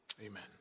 amen